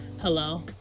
hello